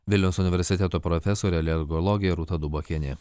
vilniaus universiteto profesorė alergologė rūta dubakienė